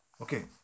Okay